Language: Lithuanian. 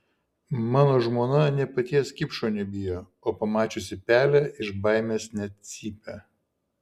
mano žmona nė paties kipšo nebijo o pamačiusi pelę iš baimės net cypia